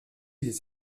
les